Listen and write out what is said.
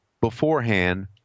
beforehand